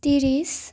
ত্ৰিছ